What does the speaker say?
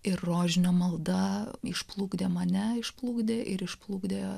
ir rožinio malda išplukdė mane išplukdė ir išplukdė